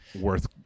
worth